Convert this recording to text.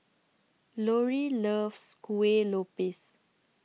Loree loves Kueh Lopes